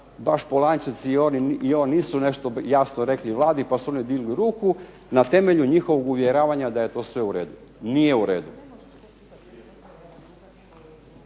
baš Polančec nisu nešto jasno rekli Vladi pa su oni digli ruku na temelju njihovog uvjeravanja da je to sve u redu. Nije u redu.